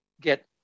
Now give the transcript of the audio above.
get